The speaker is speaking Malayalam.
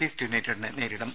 ഈസ്റ്റ് യുണൈറ്റഡിനെ നേരിടും